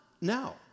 now